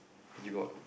you got